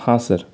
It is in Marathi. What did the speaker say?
हां सर